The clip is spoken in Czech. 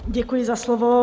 Děkuji za slovo.